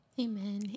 Amen